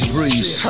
Breeze